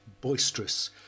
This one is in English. boisterous